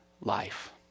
life